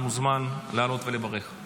הכשרות המשפטית והאפוטרופסות (תיקון